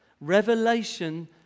Revelation